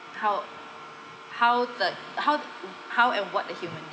how how the how th~ how and what the human